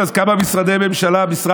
שישה משרדי ממשלה עולים יותר מ-23 נורבגים.